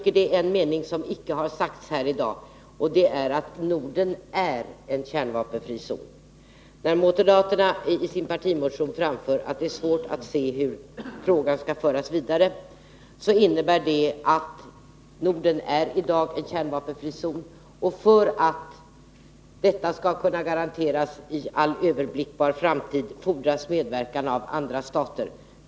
Det är en mening som icke har sagts här i dag: Norden är en kärnvapenfri zon. När moderaterna i sin partimotion framför att det är svårt att se hur frågan skall kunna föras vidare, innebär det ett konstaterande av att Norden i dag är en kärnvapenfri zon och att det fordras medverkan av andra stater för att detta förhållande skall kunna garanteras för all överblickbar framtid.